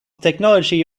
technology